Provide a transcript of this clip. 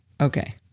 Okay